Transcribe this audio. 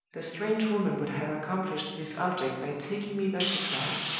the strange woman would have accomplished this object by taking me by surprise.